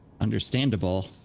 Understandable